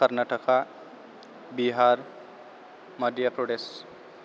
Karnataka Bihar Madhya Pradesh